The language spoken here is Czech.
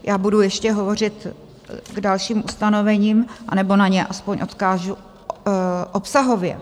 Já budu ještě hovořit k dalším ustanovením, anebo na ně aspoň odkážu obsahově.